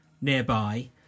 nearby